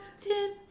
Ten